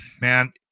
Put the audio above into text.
man